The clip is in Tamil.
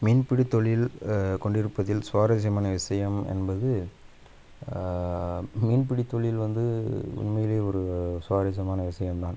மீன் பிடித் தொழில் கொண்டிருப்பதில் சுவாரசியமான விஷயம் என்பது மீன் பிடித் தொழில் வந்து உண்மையிலேயே ஒரு சுவாரசியமான விஷயம் தான்